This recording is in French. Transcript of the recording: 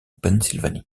pennsylvanie